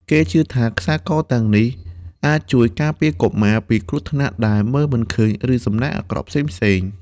គេជឿថាខ្សែកទាំងនេះអាចជួយការពារកុមារពីគ្រោះថ្នាក់ដែលមើលមិនឃើញ ឬសំណាងអាក្រក់ផ្សេងៗ។